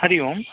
हरिः ओम्